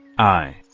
i!